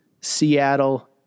Seattle